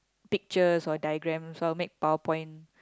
pictures or diagram or make power point